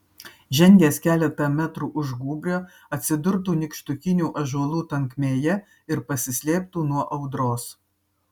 žengęs keletą metrų už gūbrio atsidurtų nykštukinių ąžuolų tankmėje ir pasislėptų nuo audros